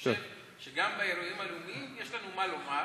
שגם באירועים הלאומיים יש לנו מה לומר.